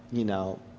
you know,